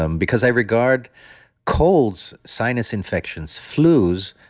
um because i regard colds, sinus infections, flus,